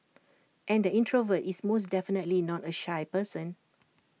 and the introvert is most definitely not A shy person